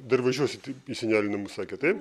dar važiuosit taip į senelių namus sakėt taip